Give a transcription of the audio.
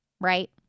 right